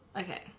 Okay